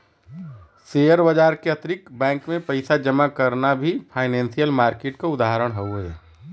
share बाजार के अतिरिक्त बैंक में पइसा जमा करना भी फाइनेंसियल मार्किट क उदाहरण हउवे